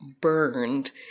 burned